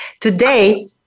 Today